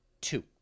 two